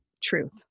truth